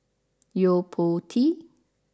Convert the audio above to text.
Yo Po Tee